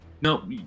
no